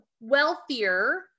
wealthier